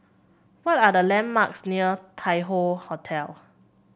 what are the landmarks near Tai Hoe Hotel